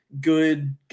good